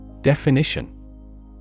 Definition